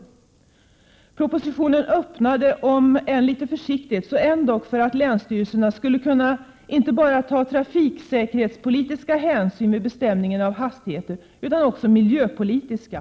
I propositionen lämnades öppet, om än litet försiktigt, för att länsstyrelserna skall kunna ta inte bara trafiksäkerhetspolitiska hänsyn vid fastställandet 165 av hastigheter, utan också miljöpolitiska.